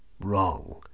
Wrong